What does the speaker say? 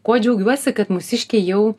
kuo džiaugiuosi kad mūsiškiai jau